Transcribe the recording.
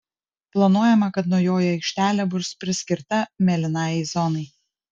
planuojama kad naujoji aikštelė bus priskirta mėlynajai zonai